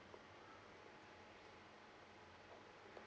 um